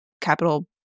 capital